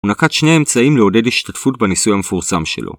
‫הונקת שני האמצעים ‫לעודד השתתפות בניסוי המפורסם שלו.